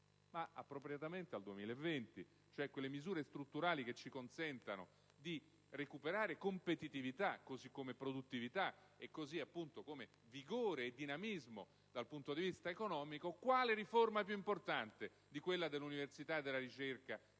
ma appropriatamente al 2020, dovremmo discutere di quelle misure strutturali che ci consentano di recuperare competitività, così come produttività e vigore e dinamismo dal punto di vista economico. E quale riforma più importante di quella dell'università e della ricerca